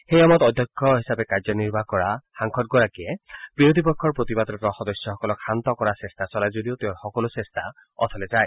সেই সময়ত অধ্যক্ষ হিচাপে কাৰ্যনিৰ্বাহ কৰা সাংসদগৰাকীয়ে বিৰোধী পক্ষৰ প্ৰতিবাদৰত সদস্যসকলক শান্ত কৰাৰ চেষ্টা চলাই যদিও তেওঁৰ সকলো চেষ্টা অথলে যায়